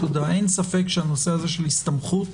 אין ספק שהנושא של הסתמכות